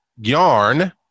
Yarn